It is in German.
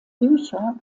bücher